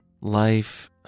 Life